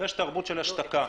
יש תרבות של השתקה